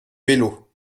vélo